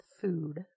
food